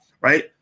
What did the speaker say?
right